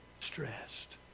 stressed